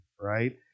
right